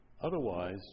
otherwise